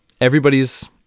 Everybody's